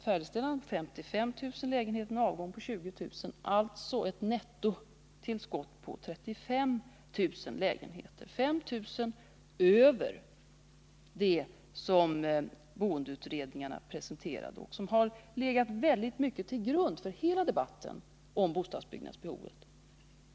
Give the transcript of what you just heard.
Färdigställande av 55 000 lägenheter och en avgång på 20000 lägenheter betyder ett nettotillskott på 35 000 lägenheter — 5 000 utöver det behov som boendeutredningarna presenterade och som har legat till grund för hela debatten om bostadsbyggnadsbehovet.